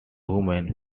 human